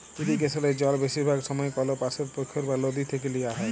ইরিগেসলে জল বেশিরভাগ সময়ই কল পাশের পখ্ইর বা লদী থ্যাইকে লিয়া হ্যয়